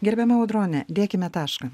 gerbiama audrone dėkime tašką